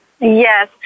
Yes